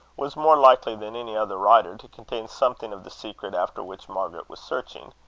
was more likely than any other writer to contain something of the secret after which margaret was searching.